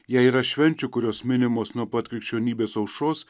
jei yra švenčių kurios minimos nuo pat krikščionybės aušros